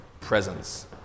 presence